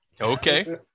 okay